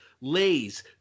Lay's